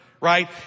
right